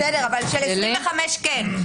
בסדר, אבל של 25 - כן.